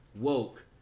woke